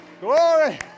Glory